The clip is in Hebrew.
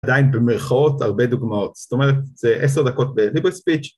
עדיין במרכאות הרבה דוגמאות, זאת אומרת זה עשר דקות בליברל ספייץ'